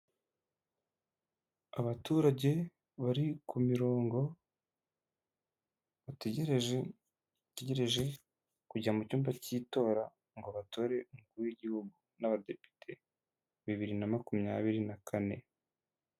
Abaturage bari ku mirongo bategereje kujya mu cyumba cy'itora ngo batore umukuru w'igihugu n'abadepite bibiri na makumyabiri na kane.